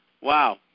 Wow